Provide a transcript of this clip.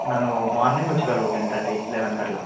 నన్ను మార్నింగ్ వచ్చి కలువు టెన్ థర్టీ లెవెన్కి అట్లా